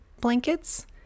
blankets